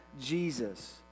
Jesus